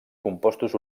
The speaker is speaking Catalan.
compostos